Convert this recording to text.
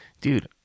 dude